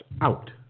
out